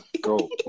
Go